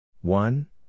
one